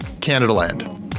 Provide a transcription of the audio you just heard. canadaland